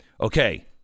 Okay